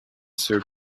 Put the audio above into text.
sir